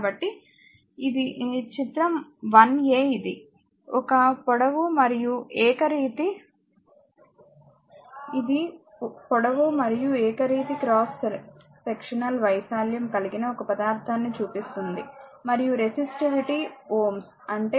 కాబట్టి చిత్రం 1 a ఇది ఒక పొడవు మరియు ఏకరీతి క్రాస్ సెక్షనల్ వైశాల్యం కలిగిన ఒక పదార్థాన్ని చూపిస్తుంది మరియు రెసిస్టివిటీ Ω rho అంటే Ω మీటర్లు సరే